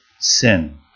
sin